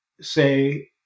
say